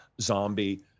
zombie